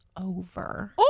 over